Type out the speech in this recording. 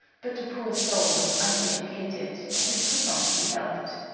but the poor soul was uneducated, and it could not be helped.